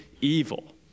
evil